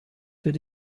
wird